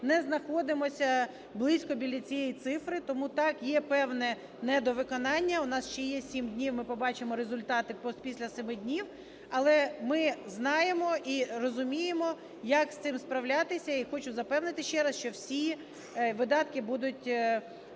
не знаходимося близько біля цієї цифри, тому так, є певне недовиконання, у нас ще є сім днів, ми побачимо результати після семи днів. Але ми знаємо і розуміємо, як з цим справлятися. І хочу запевнити ще раз, що всі видатки будуть